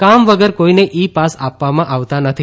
કામ વગર કોઇને ઇ પાસ આપવામાં આવતા નથી